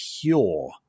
pure